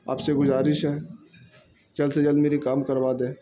آپ سے گزارش ہے جلد سے جلد میری کام کروا دیں